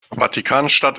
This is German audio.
vatikanstadt